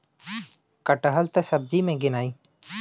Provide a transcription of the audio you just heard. कटहल त सब्जी मे गिनाई